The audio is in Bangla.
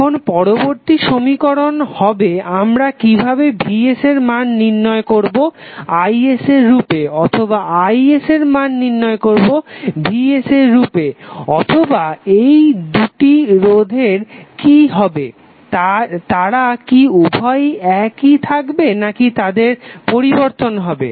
এখন পরবর্তী সমীকরণ হবে আমরা কিভাবে vs এর মান নির্ণয় করবো is এর রূপে অথবা is এর মান নির্ণয় করবো vs এর রূপে অথবা এই দুটি রোধের কি হবে তারা কি উভয়েই একই থাকবে নাকি তাদের পরিবর্তন হবে